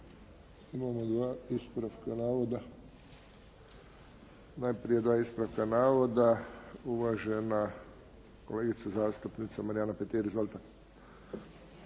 Josip (HSS)** Hvala. Imamo dva ispravka navoda. Uvažena kolegica zastupnica Marijana Petir. Izvolite.